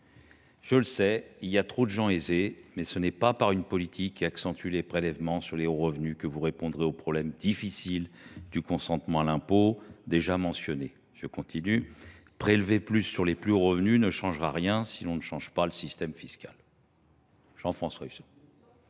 je le sais, il y a trop de gens aisés. […] Mais ce n’est pas par une politique qui accentue les prélèvements sur les hauts revenus que vous répondrez au problème difficile du consentement à l’impôt, déjà mentionné. Prélever plus sur les plus hauts revenus ne changera rien si l’on ne change pas le système fiscal. » Il a dit ça